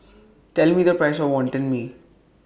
Tell Me The Price of Wonton Mee